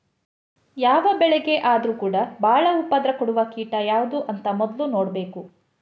ಯಾವ ಬೆಳೆಗೆ ಆದ್ರೂ ಕೂಡಾ ಬಾಳ ಉಪದ್ರ ಕೊಡುವ ಕೀಟ ಯಾವ್ದು ಅಂತ ಮೊದ್ಲು ನೋಡ್ಬೇಕು